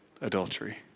adultery